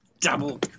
double